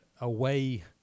away